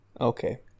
Okay